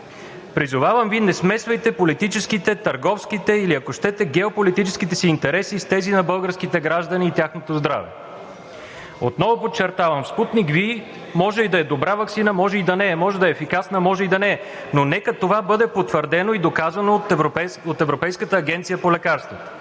Призовавам Ви – не смесвайте политическите, търговските или, ако щете, геополитическите си интереси с тези на българските граждани и тяхното здраве. Отново подчертавам, „Спутник V“ може и да е добра ваксина, може и да не е, може да е ефикасна, може и да не е, но нека това бъде потвърдено и доказано от Европейската агенция по лекарствата.